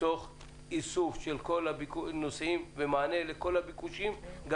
תוך איסוף של כל הנושאים ומענה לכל הביקושים גם